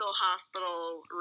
hospital